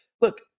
look